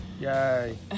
Yay